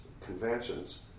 conventions